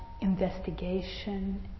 investigation